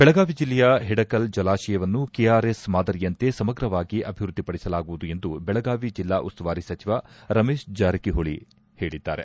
ಬೆಳಗಾವಿ ಜಿಲ್ಲೆಯ ಹಿಡಕಲ್ ಜಲಾಶಯವನ್ನು ಕೆಆರ್ಎಸ್ ಮಾದರಿಯಂತೆ ಸಮಗ್ರವಾಗಿ ಅಭಿವೃದ್ಧಿಪಡಿಸಲಾಗುವುದು ಎಂದು ಬೆಳಗಾವಿ ಜೆಲ್ಲಾ ಉಸ್ತುವಾರಿ ಸಚಿವ ರಮೇಶ್ ಜಾರಕಿಹೊಳಿ ಹೇಳಿದ್ದಾರೆ